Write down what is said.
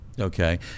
okay